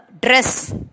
dress